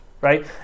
right